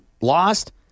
lost